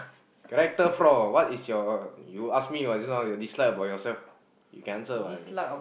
character floor what is your you ask me what this one you dislike what about yourself you can answer what